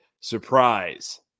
surprise